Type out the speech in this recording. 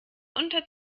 unter